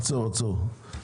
עצור, עצור.